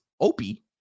Opie